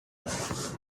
six